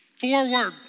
Forward